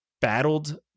battled